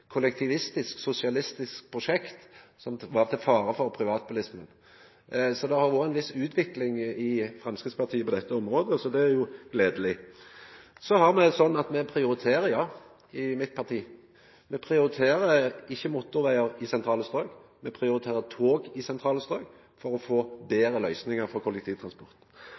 kollektivistisk sosialistisk prosjekt som var til fare for privatbilismen. Så det har vore ei viss utvikling i Framstegspartiet på dette området, det er gledeleg. Me prioriterer – ja – i mitt parti. Me prioriterer ikkje motorvegar i sentrale strøk, me prioriterer tog i sentrale strøk for å få betre løysingar for kollektivtransporten.